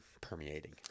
permeating